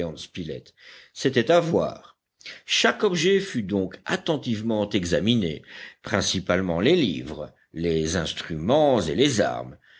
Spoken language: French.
c'était à voir chaque objet fut donc attentivement examiné principalement les livres les instruments et les armes